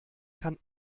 kann